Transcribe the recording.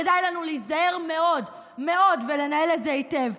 כדאי לנו להיזהר מאוד מאוד ולנהל את זה היטב.